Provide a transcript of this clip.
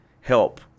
help